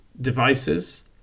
devices